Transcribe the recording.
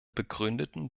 begründeten